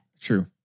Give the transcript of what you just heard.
True